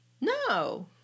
No